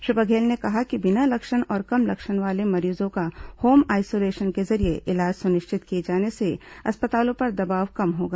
श्री बघेल ने कहा कि बिना लक्षण और कम लक्षण वाले मरीजों का होम आइसोलेशन के जरिये इलाज सुनिश्चित किए जाने से अस्पतालों पर दबाव कम होगा